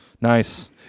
Nice